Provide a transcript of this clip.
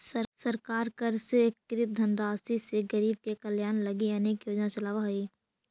सरकार कर से एकत्रित धनराशि से गरीब के कल्याण लगी अनेक योजना चलावऽ हई